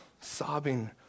sobbing